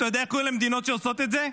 אתה יודע איך קוראים למדינות שעושות את זה?